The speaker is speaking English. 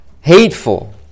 hateful